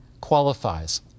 qualifies